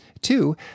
two